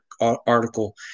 article